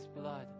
blood